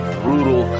brutal